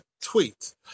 tweet